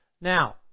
Now